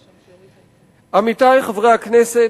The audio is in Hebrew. עמיתי חברי הכנסת,